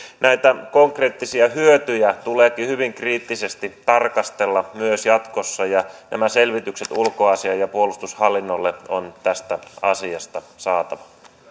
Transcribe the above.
näitä konkreettisia hyötyjä tuleekin hyvin kriittisesti tarkastella myös jatkossa nämä selvitykset ulkoasiain ja puolustushallinnolle on tästä asiasta saatava